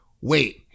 wait